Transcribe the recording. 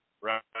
right